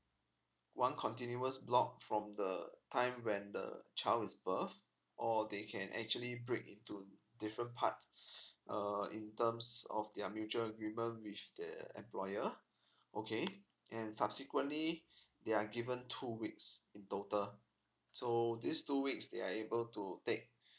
one continuous block from the time when the child's birth or they can actually break into different parts uh in terms of their mutual agreement with their employer okay then subsequently they are given a two weeks in total so these two weeks they are able to take